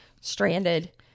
stranded